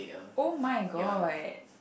oh-my-god